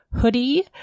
hoodie